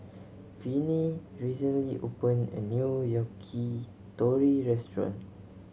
Viney recently opened a new Yakitori restaurant